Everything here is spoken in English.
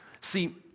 See